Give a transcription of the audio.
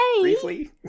Briefly